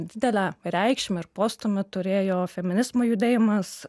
didelę reikšmę ir postūmį turėjo feminizmo judėjimas